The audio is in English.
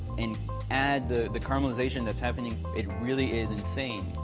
and add the the caramelization that's happening, it really is insane.